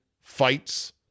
fights